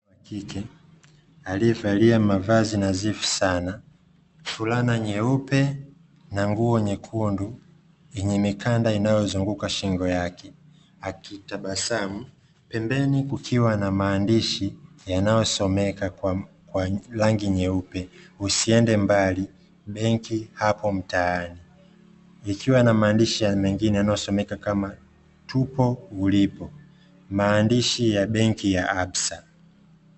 Mwanamke aliyevalia mavazi na zifi sana furaha na nyeupe na nguo nyekundu yenye mikanda inayozunguka shingo yake, akitabasamu pembeni kukiwa na maandishi yanayosomeka kwa rangi nyeupe "usiende mbali benki hapo mtaani", ikiwa inamaanisha mengine yanayosomeka kama "tupo ulipo", maandishi ya benki ya "absa".